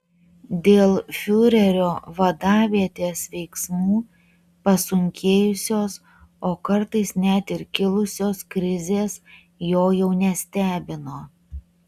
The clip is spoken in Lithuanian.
dėl fiurerio vadavietės veiksmų pasunkėjusios o kartais net ir kilusios krizės jo jau nestebino